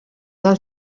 del